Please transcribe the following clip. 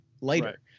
later